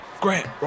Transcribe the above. Grant